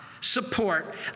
support